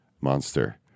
monster